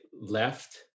left